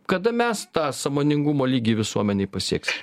kada mes tą sąmoningumo lygį visuomenėj pasieksim